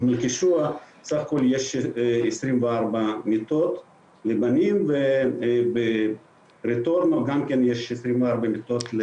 במלכישוע סך הכול יש 24 מיטות לבנים וברטורנו גם כן יש 24 מיטות לבנות.